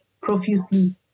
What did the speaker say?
profusely